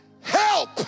help